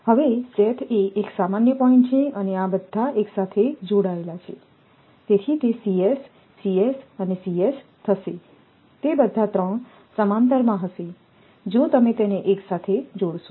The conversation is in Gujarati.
તેથી શેથ એ એક સામાન્ય પોઇન્ટ્ છે અને બધા એક સાથે જોડાયેલ છે છે તેથી તે થશે તે બધા 3 સમાંતરમાં હશે જો તમે તેને એક સાથે જોડશો